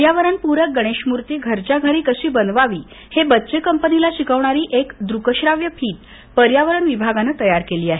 पर्यावरण पूरक गणेशमूर्ती घरच्या करी कशी बनवावी हे बच्चाकंपनीला शिकवणारी एक दृकश्राव्य फीत पर्यावरण विभागानं तयार केली आहे